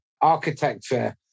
architecture